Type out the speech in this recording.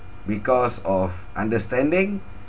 because of understanding